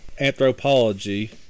anthropology